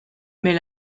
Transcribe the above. mais